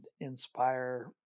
inspire